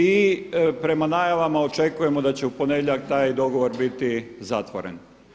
I prema najavama očekujemo da će u ponedjeljak taj dogovor biti zatvoren.